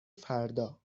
فردا